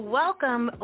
welcome